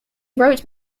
wrote